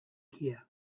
here